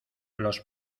los